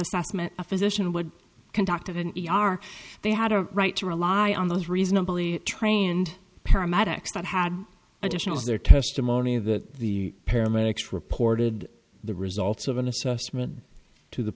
assessment a physician would conduct of an e r they had a right to rely on those reasonably trained paramedics that had additional of their testimony that the paramedics reported the results of an assessment to the